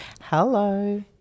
Hello